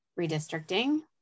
redistricting